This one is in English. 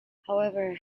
however